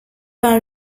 vingt